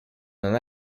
non